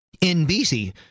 NBC